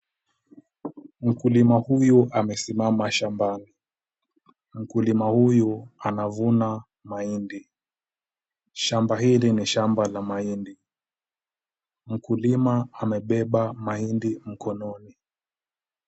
Mkulima huyu amesimama shambani. Mkulima huyu anavuna mahindi. Shamba hili ni shamba la mahindi. Mkulima amebeba mahindi mkononi.